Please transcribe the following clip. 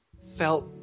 felt